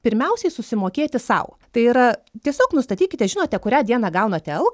pirmiausiai susimokėti sau tai yra tiesiog nustatykite žinote kurią dieną gaunate algą